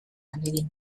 ahalegin